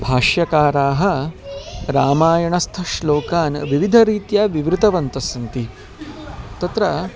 भाष्यकाराः रामायणस्थ श्लोकान् विविधरीत्या विवृतवन्तः सन्ति तत्र